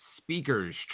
speakers